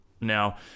Now